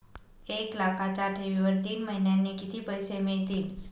एक लाखाच्या ठेवीवर तीन महिन्यांनी किती पैसे मिळतील?